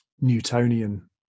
newtonian